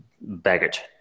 baggage